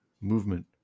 movement